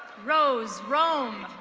rose roam.